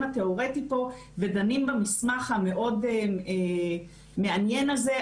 התיאורטי פה ודנים במסמך המאוד מעניין הזה,